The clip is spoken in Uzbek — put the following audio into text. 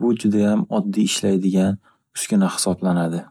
Bu judayam oddiy ishlaydigan uskuna hisoblanadi.